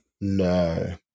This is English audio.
No